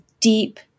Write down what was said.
deep